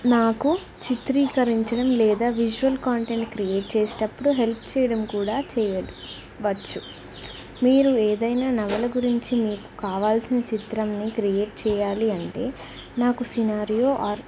నాకు చిత్రీకరించడం లేదా విజువల్ కాంటెంట్ క్రియేట్ చేసటప్పుడు హెల్ప్ చెయ్యడం కూడా చెయ్యడం వచ్చు మీరు ఏదైనా నవల గురించి మీకు కావాల్సిన చిత్ర న్ని క్రియేట్ చెయ్యాలి అంటే నాకు సినారియో ఆర్